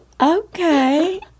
okay